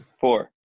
Four